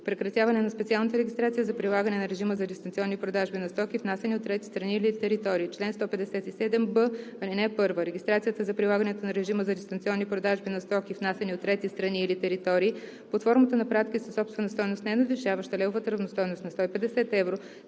Прекратяване на специалната регистрация за прилагането на режима за дистанционни продажби на стоки, внасяни от трети страни или територии Чл. 157б. (1) Регистрацията за прилагането на режима за дистанционни продажби на стоки, внасяни от трети страни или територии под формата на пратки със собствена стойност, ненадвишаваща левовата равностойност на 150 евро,